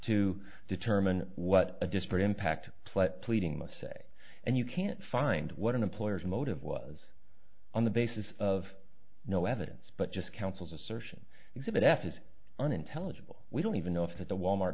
to determine what a disparate impact player pleading must say and you can't find what an employer's motive was on the basis of no evidence but just counsel's assertion exhibit f is unintelligible we don't even know if that the walmart